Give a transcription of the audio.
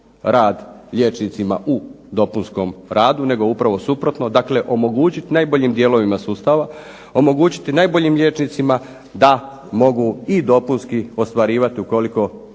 rad liječnicima u dopunskom radu, nego upravo suprotno. Dakle, omogućiti najboljim dijelovima sustava, omogućiti najboljim liječnicima da mogu i dopunski ostvarivati ukoliko